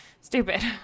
stupid